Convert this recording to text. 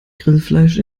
grillfleisch